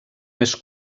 més